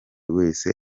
wese